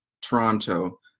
Toronto